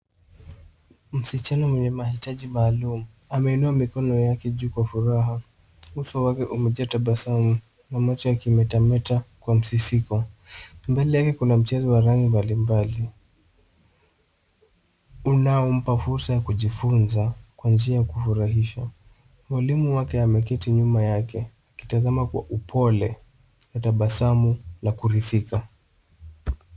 Msichana mwenye mahitaji maalum, ameinua mikono yake juu kwa furaha. Uso wake umejaa tabasamu, na macho yakimetameta kwa msisiko. Mbele yake kuna mchezo wa rangi mbalimbali, unaompa fursa ya kujifunza kwa njia ya kufurahisha. Mwalimu wake ameketi nyuma yake, akitazama kwa upole na tabasamu la kuridhika.